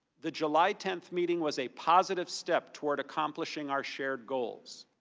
the july tenth meeting was a positive step towards accomplishing our shared goals.